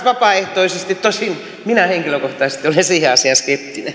vapaaehtoisesti tosin minä henkilökohtaisesti olen siinä asiassa